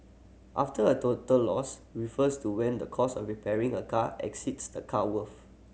after a total loss refers to when the cost of repairing a car exceeds the car worth